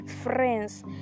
friends